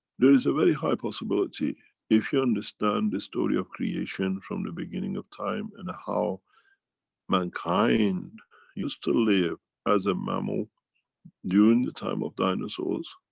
there is a very high possibility. if you understand the story of creation from the beginning of time and how mankind used to live as a mammal during the time of dinosaurs.